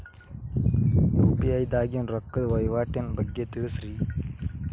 UPI ದಾಗಿನ ರೊಕ್ಕದ ವಹಿವಾಟಿನ ಬಗ್ಗೆ ತಿಳಸ್ರಿ